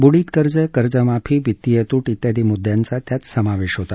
बुडित कर्ज कर्जमाफी वित्तीय तूट वियादी मुद्यांचा त्यात समावेश होता